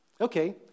Okay